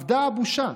אבדה הבושה.